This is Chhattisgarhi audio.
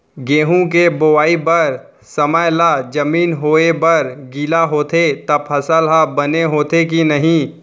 गेहूँ के बोआई बर समय ला जमीन होये बर गिला होथे त फसल ह बने होथे की नही?